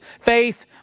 faith